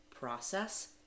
process